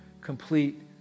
complete